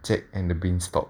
jack and the bean stalk